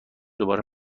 دوباره